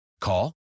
Call